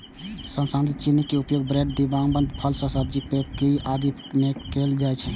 संसाधित चीनी के उपयोग ब्रेड, डिब्बाबंद फल एवं सब्जी, पेय, केंडी आदि मे कैल जाइ छै